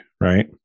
right